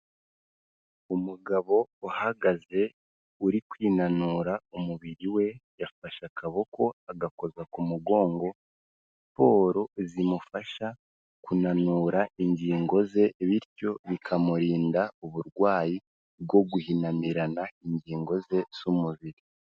Umugabo uhagaze uri kwinanura umubiri we, yafashe akaboko agakoza ku mugongo, siporo zimufasha kunanura ingingo ze bityo bikamurinda uburwayi bwo guhinamirana ingingo ze z'umubiri.